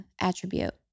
attribute